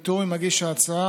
בתיאום עם מגיש ההצעה,